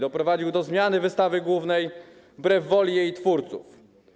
Doprowadził do zmiany wystawy głównej wbrew woli jej twórców.